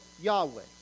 Yahweh